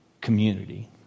community